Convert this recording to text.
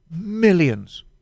millions